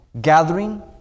gathering